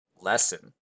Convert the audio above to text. lesson